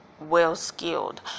well-skilled